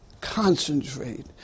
concentrate